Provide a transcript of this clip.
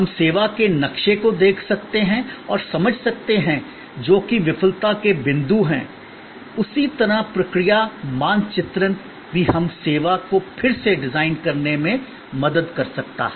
हम सेवा के नक्शे को देख सकते हैं और समझ सकते हैं जो कि विफलता के बिंदु हैं उसी तरह प्रक्रिया मानचित्रण भी हमें सेवा को फिर से डिज़ाइन करने में मदद कर सकता है